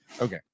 Okay